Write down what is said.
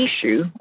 issue